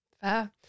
Fair